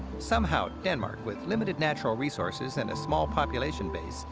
somehow, denmark, with limited natural resources and a small population base,